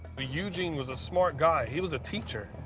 eugene was a smart guy. he was a teacher.